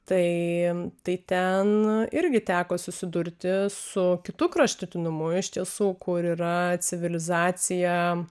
tai tai ten irgi teko susidurti su kitu kraštutinumu iš tiesų kur yra civilizacija